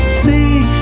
see